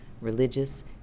religious